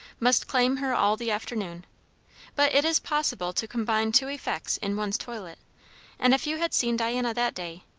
must claim her all the afternoon but it is possible to combine two effects in one's toilet and if you had seen diana that day,